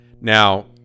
Now